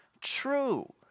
true